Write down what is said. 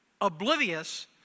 oblivious